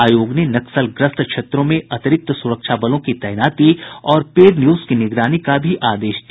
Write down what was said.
आयोग ने नक्सलग्रस्त क्षेत्रों में अतिरिक्त सुरक्षा बलों की तैनाती और पेड न्यूज की निगरानी का भी आदेश दिया